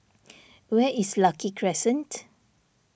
where is Lucky Crescent